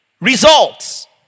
results